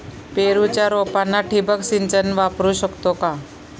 पेरूच्या रोपांना ठिबक सिंचन वापरू शकतो का?